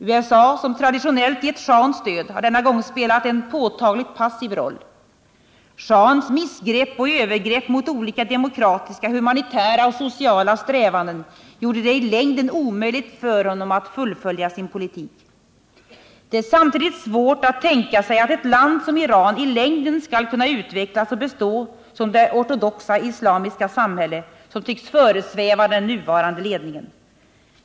USA, som traditionellt gett schahen stöd, har denna gång spelat en påtagligt passiv roll. Schahens missgrepp och övergrepp mot olika demokratiska, humanitära och sociala strävanden gjorde det i längden omöjligt för honom att fullfölja sin politik. Det är samtidigt svårt att tänka sig att ett land som Iran i längden skall kunna utvecklas och bestå som det ortodoxa islamiska samhälle som tycks föresväva den nuvarande ledningen.